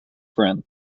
friend